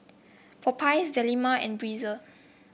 Popeyes Dilmah and Breezer